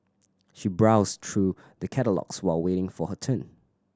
she browsed through the catalogues while waiting for her turn